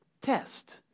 test